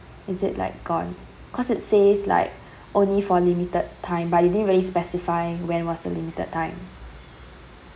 is it like gone because it says like only for a limited time but it didn't really specify when was the limited time